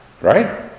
right